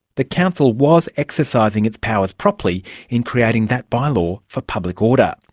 the council was exercising its powers properly in creating that bylaw for public order.